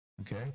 okay